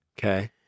Okay